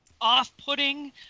Off-putting